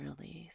release